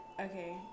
okay